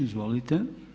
Izvolite.